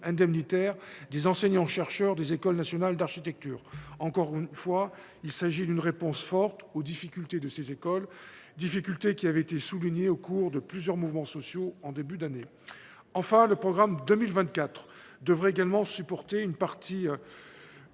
des enseignants chercheurs des écoles nationales d’architecture. Encore une fois, il s’agit d’une réponse forte aux difficultés de ces écoles, difficultés qui avaient été soulignées au cours de plusieurs mouvements sociaux en début d’année. Enfin, le programme 224 devrait également supporter une partie